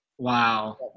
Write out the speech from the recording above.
Wow